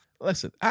Listen